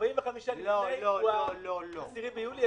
45 לפני הוא ה-10 ביולי,